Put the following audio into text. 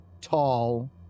tall